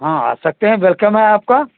ہاں آ سکتے ہیں ویلکم ہے آپ کا